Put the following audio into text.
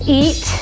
eat